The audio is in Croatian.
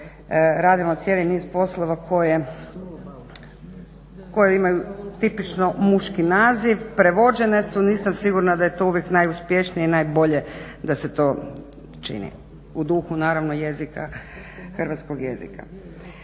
radimo cijeli niz poslova koje imaju tipično muški naziv, prevođene su, nisam sigurna da je to uvijek najuspješnije i najbolje da se to čini, u duhu naravno jezika, hrvatskog jezika.